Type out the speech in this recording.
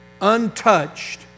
untouched